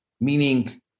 meaning